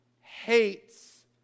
hates